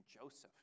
Joseph